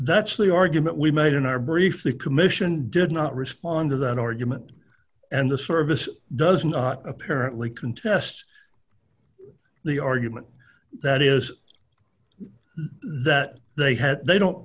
that's the argument we made in our brief the commission did not respond to that argument and the service does not apparently contest the argument that is that they had they don't